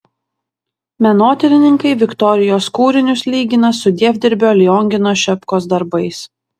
menotyrininkai viktorijos kūrinius lygina su dievdirbio liongino šepkos darbais